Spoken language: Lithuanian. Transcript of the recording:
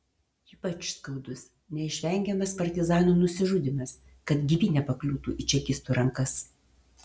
ypač skaudus neišvengiamas partizanų nusižudymas kad gyvi nepakliūtų į čekistų rankas